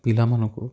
ପିଲାମାନଙ୍କୁ